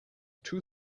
too